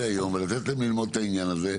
היום ולתת להם ללמוד את העניין הזה.